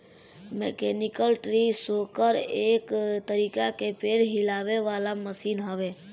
mechanical tree shaker एक तरीका के पेड़ के हिलावे वाला मशीन हवे